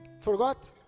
forgot